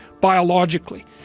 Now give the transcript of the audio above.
biologically